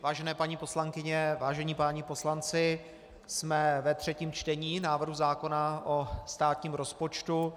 Vážené paní poslankyně, vážení páni poslanci, jsme ve třetím čtení návrhu zákona o státním rozpočtu.